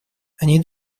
они